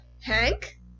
Hank